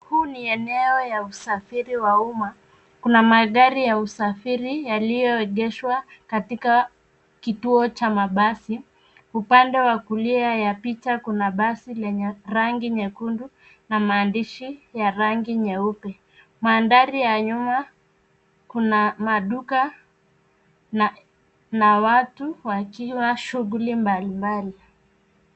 Huu ni eneo ya usafiri wa umma, kuna magari ya usafiri yaliyoegeshwa katika kituo cha mabasi. Upande wa kulia ya picha, kuna basi lenye rangi nyekundu na maandishi ya rangi nyeupe. Mandhari ya nyuma kuna maduka na watu wakiwa shughuli mbalimbali.